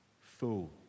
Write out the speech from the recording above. Fool